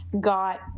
Got